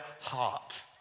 heart